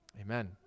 Amen